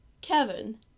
Kevin